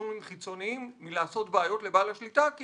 דירקטורים חיצוניים מלעשות בעיות לבעל השליטה כי